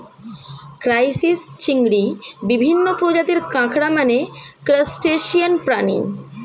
crisis, চিংড়ি, বিভিন্ন প্রজাতির কাঁকড়া মানে ক্রাসটেসিয়ান প্রাণী